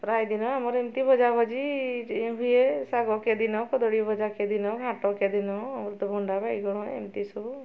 ପ୍ରାୟ ଦିନ ଆମର ଏମିତି ଭଜା ଭଜି ହୁଏ ଶାଗ କେଉଁ ଦିନ କଦଳୀ ଭଜା କେଉଁ ଦିନ ଘାଟ କେଉଁ ଦିନ ଅମୃତଭଣ୍ଡା ବାଇଗଣ ଏମିତି ସବୁ